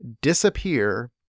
disappear